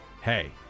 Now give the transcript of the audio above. hey